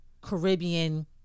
Caribbean